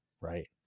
Right